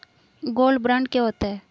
Gold bond क्या होता है?